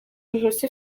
nkusi